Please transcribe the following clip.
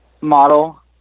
model